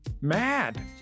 mad